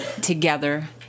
together